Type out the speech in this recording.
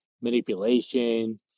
manipulation